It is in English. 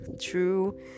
true